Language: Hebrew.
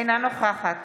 אינה נוכחת